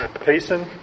Payson